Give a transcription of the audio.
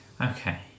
Okay